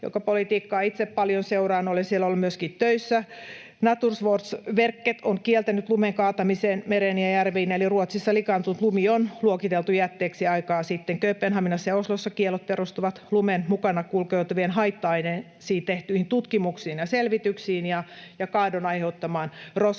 jonka politiikkaa itse paljon seuraan — olen siellä ollut myöskin töissä — Naturvårdsverket on kieltänyt lumen kaatamisen mereen ja järviin, eli Ruotsissa likaantunut lumi on luokiteltu jätteeksi aikaa sitten. Kööpenhaminassa ja Oslossa kiellot perustuvat lumen mukana kulkeutuviin haitta-aineisiin tehtyihin tutkimuksiin ja selvityksiin ja kaadon aiheuttamaan roskaantumiseen.